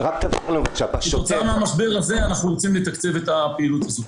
--- במשבר הזה אנחנו רוצים לתקצב את הפעילות הזו.